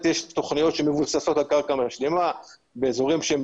יש תכניות שמבוססות על קרקע משלימה באזורים שהם